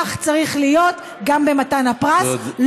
כך צריך להיות גם חלקנו במתן הפרס,